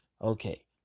Okay